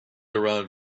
around